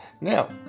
Now